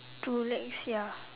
two legs ya